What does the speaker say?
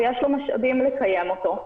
ויש לו משאבים לקיים אותו,